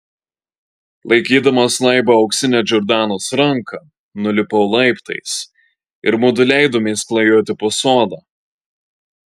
laikydamas laibą auksinę džordanos ranką nulipau laiptais ir mudu leidomės klajoti po sodą